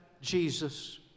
Jesus